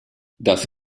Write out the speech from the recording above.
das